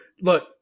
Look